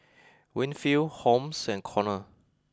Winfield Holmes and Conor